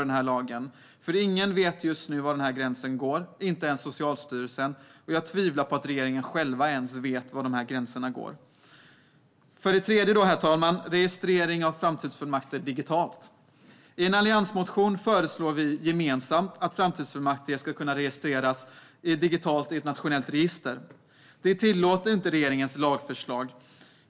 Just nu är det ingen som vet var den gränsen går, inte ens Socialstyrelsen. Jag tvivlar på att regeringen själv vet var gränserna går. För det tredje föreslår vi gemensamt i en alliansmotion att framtidsfullmakter ska kunna registreras digitalt i ett nationellt register. Det tillåter inte regeringens lagförslag.